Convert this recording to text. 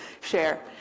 share